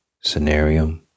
scenario